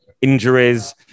injuries